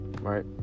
right